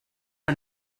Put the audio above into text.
her